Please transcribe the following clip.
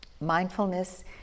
Mindfulness